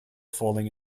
falling